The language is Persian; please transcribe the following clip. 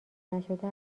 نشده